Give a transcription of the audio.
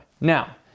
Now